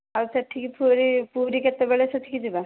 ଆଉ ସେଇଠିକି ଫେରେ ପୁରୀ କେତେବେଳେ ସେଇଠିକି ଯିବା